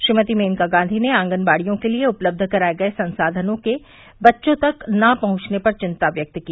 श्रीमती मेनका गांधी ने आंगनवाड़ियों के लिए उपलब्ध कराए गए संसाधनों के बच्चों तक न पहुंचने पर चिंता व्यक्त की